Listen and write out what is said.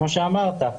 כמו שאמרת,